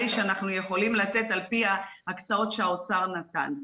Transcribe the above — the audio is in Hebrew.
שאנחנו יכולים לתת על פי ההקצאות שהאוצר נתן.